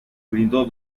brindó